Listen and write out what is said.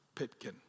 Pitkin